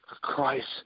Christ